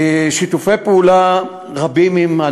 שיתופי פעולה רבים עם,